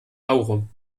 aurum